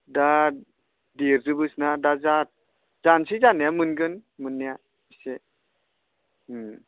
दा देरजोबोसोना दा जानोसै जानाया मोनगोन मोननाया एसे